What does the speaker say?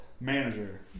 manager